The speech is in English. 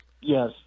Yes